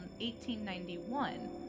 1891